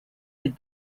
would